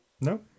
No